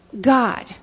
God